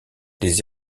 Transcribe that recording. les